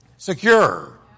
Secure